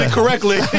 Correctly